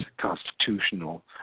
constitutional